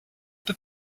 peu